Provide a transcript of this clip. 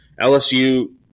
LSU